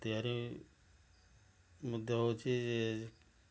ତିଆରି ମଧ୍ୟ ହେଉଛି ଯେ